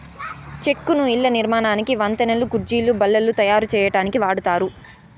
చెక్కను ఇళ్ళ నిర్మాణానికి, వంతెనలు, కుర్చీలు, బల్లలు తాయారు సేయటానికి వాడతారు